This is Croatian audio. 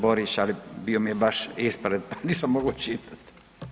Borić, ali bio mi je baš ispred, nisam mogao čitati.